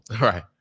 right